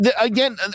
again